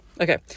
Okay